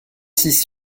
six